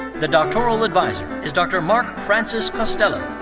the doctoral adviser is dr. mark francis costello.